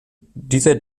dieser